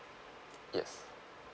yes